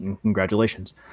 Congratulations